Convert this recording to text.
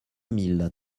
mille